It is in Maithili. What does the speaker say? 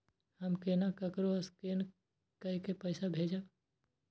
हम केना ककरो स्केने कैके पैसा भेजब?